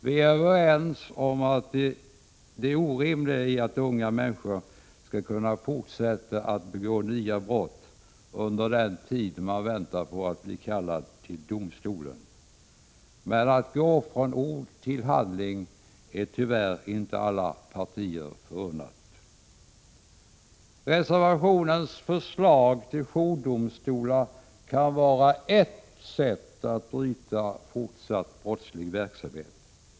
Vi är överens om det orimliga i att unga människor skall kunna fortsätta att begå nya brott under den tid de väntar på att bli kallade till domstolen. Men att kunna gå från ord till handling är tyvärr inte alla partier förunnat. Förslaget i reservationen om jourdomstolar kan vara ett sätt att bryta fortsatt brottslig verksamhet.